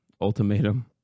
Ultimatum